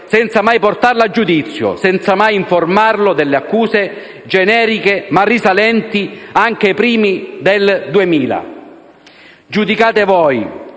senza mai portarlo a giudizio, senza mai informarlo delle accuse, generiche ma risalenti anche ai primi anni 2000. Giudicate voi